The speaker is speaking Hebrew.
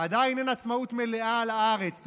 עדיין אין עצמאות מלאה על הארץ,